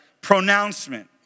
pronouncement